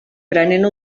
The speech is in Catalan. prenent